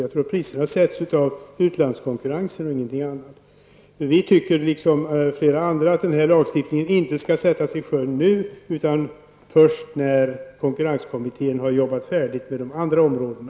Jag tror att priserna sätts av utlandskonkurrensen och ingenting annat. Vi tycker, liksom flera andra, att den här lagstiftningen inte skall sättas i sjön nu, utan först när konkurrenskommittén har jobbat färdigt med de andra områdena.